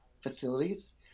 facilities